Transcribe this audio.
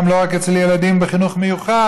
גם לא רק אצל ילדים בחינוך מיוחד,